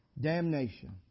damnation